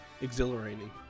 exhilarating